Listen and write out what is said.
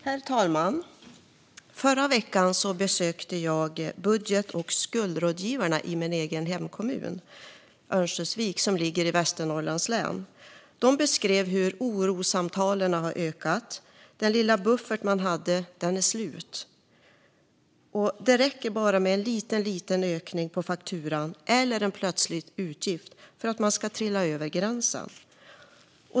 Herr talman! Förra veckan besökte jag budget och skuldrådgivarna i min egen hemkommun Örnsköldsvik, som ligger i Västernorrlands län. De beskrev hur orossamtalen ökat och hur människor berättar att den lilla buffert de hade är slut. Det räcker med en liten ökning på fakturan eller en plötslig utgift för att man ska trilla över gränsen.